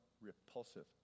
repulsive